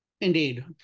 Indeed